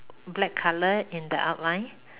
black color in the outline